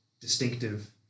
distinctive